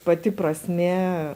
pati prasmė